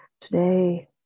today